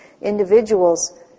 individuals